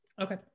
Okay